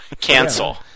Cancel